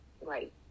right